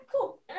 cool